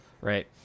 Right